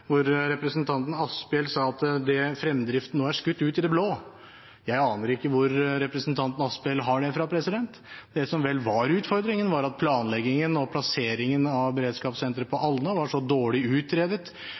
hvor representanten Asphjell sa at fremdriften var skutt ut i det blå. Jeg aner ikke hvor representanten Asphjell har det fra. Det som vel var utfordringen, var at planleggingen og plasseringen av beredskapssenteret på